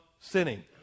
sinning